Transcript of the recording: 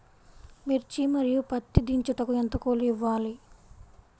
మిర్చి మరియు పత్తి దించుటకు ఎంత కూలి ఇవ్వాలి?